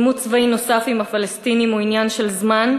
עימות צבאי נוסף עם הפלסטינים הוא עניין של זמן,